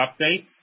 updates